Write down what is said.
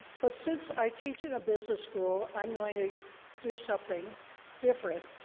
but since i teach in a business school, i'm going to do something different.